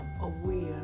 aware